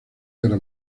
guerra